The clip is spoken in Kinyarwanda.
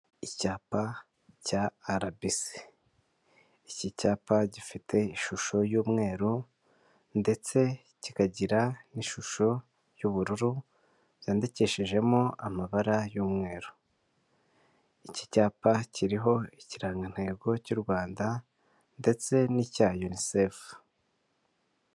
Icyapa cya rbc, iki cyapa gifite ishusho y'umweru ndetse kikagira n'ishusho y'ubururu, yandikishijemo amabara y'umweru. Iki cyapa kiriho ikirangantego cy'u Rwanda ndetse n'icya unicef.